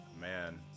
man